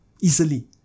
easily